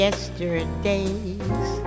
Yesterdays